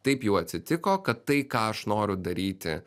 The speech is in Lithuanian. taip jau atsitiko kad tai ką aš noriu daryti